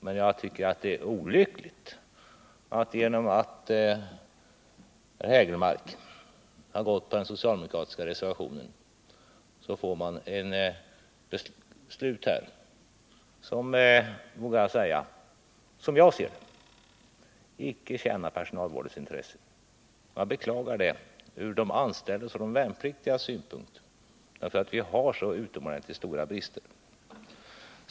Men jag tycker att det är olyckligt att vi nu, genom att Eric Hägelmark har gått på den socialademokratiska reservationen, får ett beslut som, vågar jag säga, inte tjänar personalvårdens intresse. Jag beklagar det från de anställdas och de värnpliktigas synpunkt, eftersom vi har så utomordentligt stora brister.